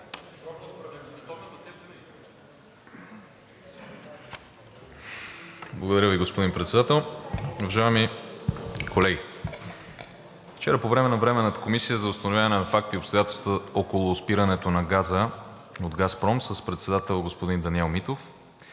Благодаря Ви, господин Председател. Уважаеми колеги! Вчера по време на Временната комисия за установяване на факти и обстоятелства около спирането на газа от „Газпром“ с председател господин Даниел Митов